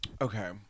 okay